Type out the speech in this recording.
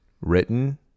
written